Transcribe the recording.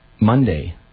Monday